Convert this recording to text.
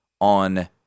on